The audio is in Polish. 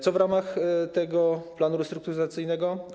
Co w ramach tego planu restrukturyzacyjnego?